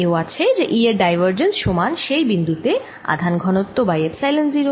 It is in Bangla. এও আছে যে E এর ডাইভারজেন্স সমান সেই বিন্দু তে আধান ঘনত্ব বাই এপসাইলন 0